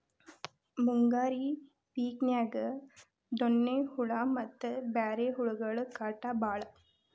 ಮುಂಗಾರಿ ಪಿಕಿನ್ಯಾಗ ಡೋಣ್ಣಿ ಹುಳಾ ಮತ್ತ ಬ್ಯಾರೆ ಹುಳಗಳ ಕಾಟ ಬಾಳ